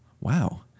wow